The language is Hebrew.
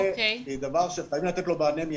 זה דבר שחייבים לתת לו מענה מיידי.